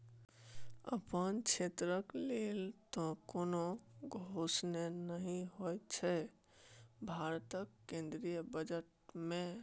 अपन क्षेत्रक लेल तँ कोनो घोषणे नहि होएत छै भारतक केंद्रीय बजट मे